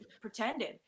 pretended